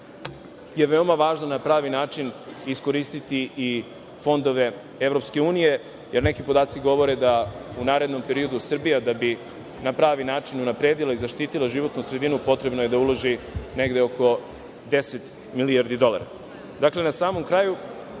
je veoma važno na pravi način iskoristiti i fondove EU, jer neki podaci govore da u narednom periodu Srbija, da bi na pravi način unapredila i zaštitila životnu sredinu, potrebno je da uloži negde oko 10 milijardi dolara. Na samom kraju,